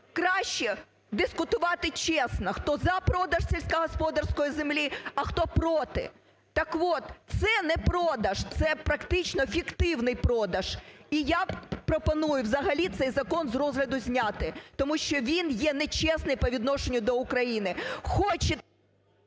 краще дискутувати чесно, хто за продаж сільськогосподарської землі, а хто – проти. Так от, це не продаж, це практично фіктивний продаж. І я пропоную взагалі цей закон з розгляду зняти, тому що він є нечесний по відношенню до України.